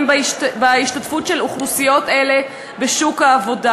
בהשתתפות של אוכלוסיות אלה בשוק העבודה.